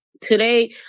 Today